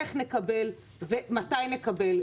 איך נקבל ומתי נקבל.